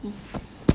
mm